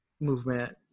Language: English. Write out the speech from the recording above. movement